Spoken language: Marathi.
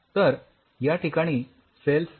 तर याठिकाणी सेल्स शिरकाव करू शकत नाहीत